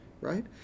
right